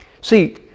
See